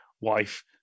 wife